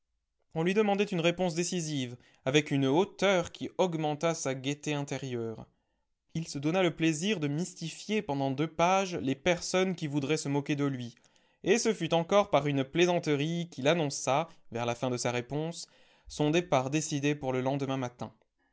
on lui demandait une réponse décisive avec une hauteur qui augmenta sa gaieté intérieure il se donna le plaisir de mystifier pendant deux pages les personnes qui voudraient se moquer de lui et ce fut encore par une plaisanterie qu'il annonça vers la fin de sa réponse son départ décidé pour le lendemain matin